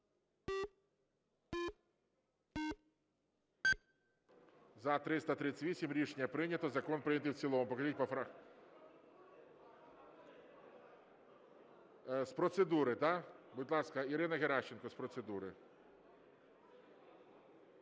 За-338 Рішення прийнято. Закон прийнятий в цілому. Покажіть по… З процедури, да? Будь ласка, Ірина Геращенко з процедури. 13:00:43